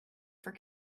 for